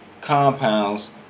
compounds